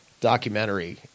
documentary